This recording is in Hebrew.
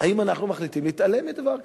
האם אנחנו מחליטים להתעלם מדבר כזה: